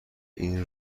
این